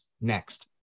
next